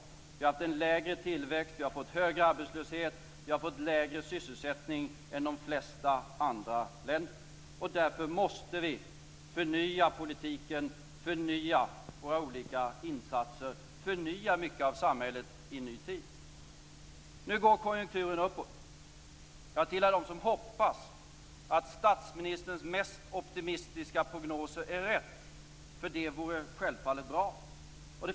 Vi har haft en lägre tillväxt. Vi har fått högre arbetslöshet. Vi har fått lägre sysselsättning än de flesta andra länder. Därför måste vi förnya politiken, förnya våra olika insatser och förnya mycket av samhället i en ny tid. Nu går konjunkturen uppåt. Jag tillhör dem som hoppas att statsministerns mest optimistiska prognoser är riktiga, för det vore självfallet bra.